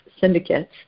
syndicates